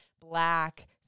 black